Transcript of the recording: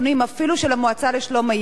אפילו של המועצה לשלום הילד,